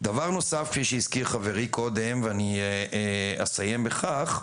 דבר נוסף, כפי שהזכיר חברי קודם, ואסיים בכך,